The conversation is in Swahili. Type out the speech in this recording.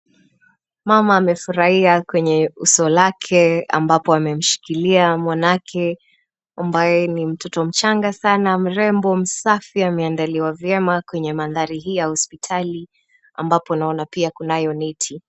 Mama amefurahia kwenye uso lake ambapo amemshikilia mwanake ambaye ni mtoto mchanga sana mrembo msafi ameandaliwa vyema kwenye mandhari hii ya hospitali ambapo naona pia kunayo neti.